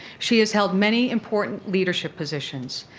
she has held many important leadership positions.